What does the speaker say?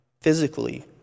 physically